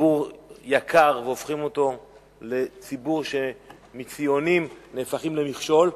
ציבור יקר והופכים אותו לציבור שמציונים נהפכים למכשול.